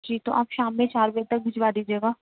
جی تو آپ شام میں چار بجے تک بھجوا دیجیے گا